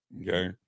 Okay